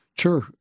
Sure